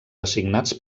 designats